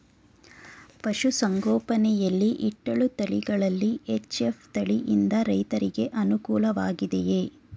ಪಶು ಸಂಗೋಪನೆ ಯಲ್ಲಿ ಇಟ್ಟಳು ತಳಿಗಳಲ್ಲಿ ಎಚ್.ಎಫ್ ತಳಿ ಯಿಂದ ರೈತರಿಗೆ ಅನುಕೂಲ ವಾಗಿದೆಯೇ?